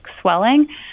swelling